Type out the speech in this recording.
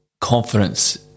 confidence